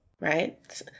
right